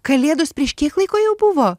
kalėdos prieš kiek laiko jau buvo